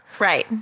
Right